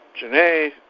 Janae